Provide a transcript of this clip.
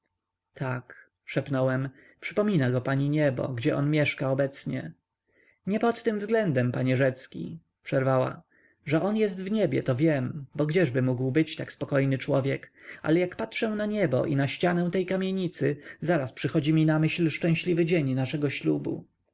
tak szepnąłem przypomina go pani niebo gdzie on mieszka obecnie nie pod tym względem panie rzecki przerwała że on jest w niebie to wiem bo gdzieżby mógł być taki spokojny człowiek ale jak patrzę na niebo i na ścianę tej kamienicy zaraz przychodzi mi na myśl szczęśliwy dzień naszego ślubu